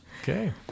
okay